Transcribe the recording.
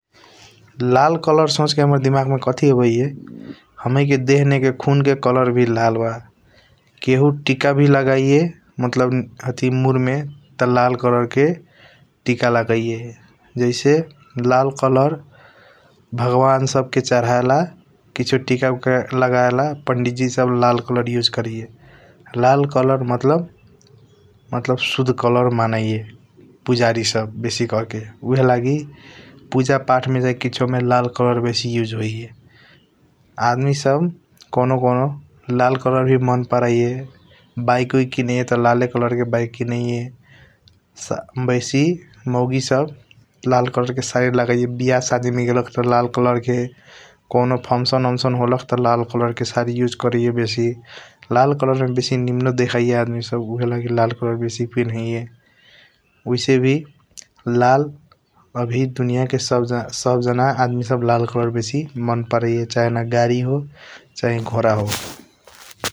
लाल कलर सोच के हाम्रा दिमाग मे काठी आबाइया हमैके देह नेके खून के कलर व लाल ब । खू तिक व लागैया मतलब मूर मे त लाल कलर क तिक लागैया । जैसे लाल कलर वगवान सब के चरहेला किसीओ तिक ऊक लगेला पड़ीजी सब लाल कलर उसए करिया । लाल कलर मतलब सुध कलर मनैय पुजारी सब बेसी करके उहएलागी पूजा पाठ मे चाही किसियों मे लाल कलर उसए होइया। आदमी सब कॉनो कॉनो लाल कलर मान पारैया बाइक किनाइया त लाल कलर के बाइक किनाइया । बेसी माउगी सब लाल कलर के सारी लगिया बियह साधी मे गेलख त लाल कलर के कॉनो फंगक्शन ऑउनकटीऑन होलख त लाल कलर के उसए करिया सारी बेसी । लाल कलर मे बेसी निमनो देखाइया आदमी सब उहएलागी बेसी लाल कलर पेनाइहाया । ऑइसेव अवि लाल आवी दुनिया के सब जाना आदमी सब मानं पारैया चाहे गाड़ी हो चाहे गोंडा हो ।